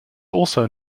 also